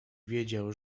wiedział